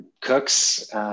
Cooks